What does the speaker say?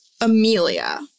Amelia